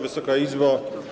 Wysoka Izbo!